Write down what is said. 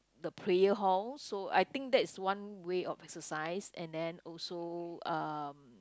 the prayer hall so I think that is one way of exercise and then also um